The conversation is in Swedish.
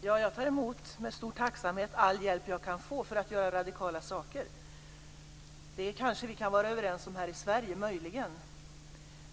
Fru talman! Jag tar med stor tacksamhet emot all hjälp jag kan få för att göra radikala saker. Kanske vi kan vara överens om det här i Sverige, möjligen.